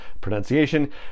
pronunciation